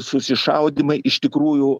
susišaudymai iš tikrųjų